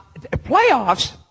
Playoffs